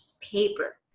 paper